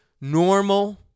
normal